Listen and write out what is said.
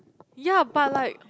ya but like